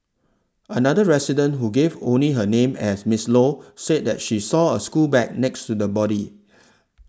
another resident who gave only her name as Miss Low said that she saw a school bag next to the body